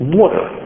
water